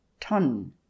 ton